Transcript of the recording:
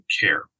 care